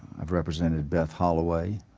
i've represented beth holloway,